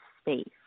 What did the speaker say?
space